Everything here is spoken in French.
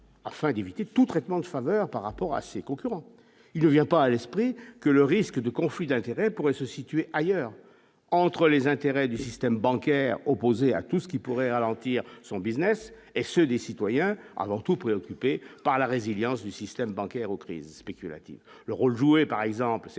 afin d'éviter tout traitement de faveur par rapport à ses concurrents, il ne vient pas à l'esprit que le risque de conflit d'intérêts pourrait se situer ailleurs entre les intérêts du système bancaire, opposé à tout ce qui pourrait ralentir son Business et ceux des citoyens avant tout préoccupés par la résilience du système bancaire aux crises spéculatives, le rôle joué par exemple c'était